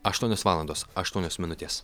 aštuonios valandos aštuonios minutės